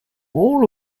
all